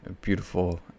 beautiful